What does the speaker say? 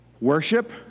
Worship